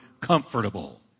comfortable